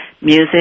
music